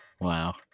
wow